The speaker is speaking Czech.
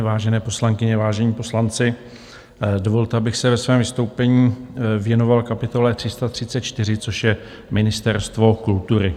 Vážené poslankyně, vážení poslanci, dovolte, abych se ve svém vystoupení věnoval kapitole 334, což je Ministerstvo kultury.